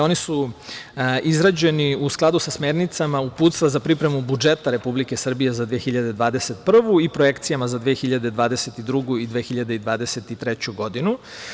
Oni su izgrađeni u skladu sa smernicama uputstva za pripremu budžeta Republike Srbije za 2021. godinu i projekcijama za 2022. i 2023. godinu.